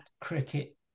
cricket